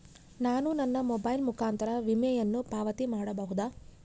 ನಾನು ನನ್ನ ಮೊಬೈಲ್ ಮುಖಾಂತರ ವಿಮೆಯನ್ನು ಪಾವತಿ ಮಾಡಬಹುದಾ?